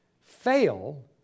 fail